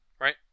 right